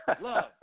love